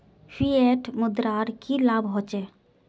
Fiat मुद्रार की लाभ होचे?